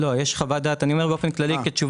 הוכנס שינוי מאוד משמעותי,